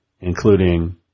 including